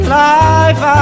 life